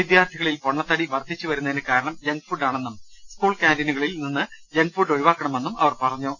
വിദ്യാർത്ഥികളിൽ പൊണ്ണത്തടി വർദ്ധിച്ചുവരുന്നതിന് കാരണം ജങ്ക് ഫുഡാണെന്നും സ്കൂൾ കാന്റീനുകളിൽ നിന്ന് ജങ്ക് ഫുഡ് ഒഴിവാക്ക ണമെന്നും അവർ പറഞ്ഞു